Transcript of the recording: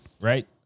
right